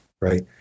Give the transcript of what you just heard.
right